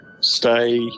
stay